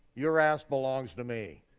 your ass belongs to me.